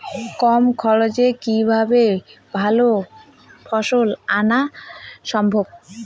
কম খরচে কিভাবে ভালো ফলন আনা সম্ভব?